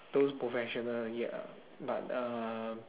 those professional yet ah but uh